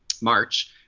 March